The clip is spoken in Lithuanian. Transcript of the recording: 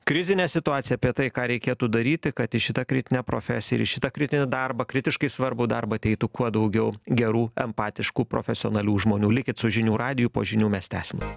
krizinę situaciją apie tai ką reikėtų daryti kad į šitą kritinę profesiją į šitą kritinį darbą kritiškai svarbų darbą ateitų kuo daugiau gerų empatiškų profesionalių žmonių likit su žinių radiju po žinių mes tęsime